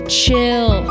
chill